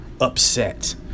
upset